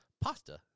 pasta